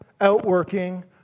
outworking